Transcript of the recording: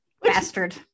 bastard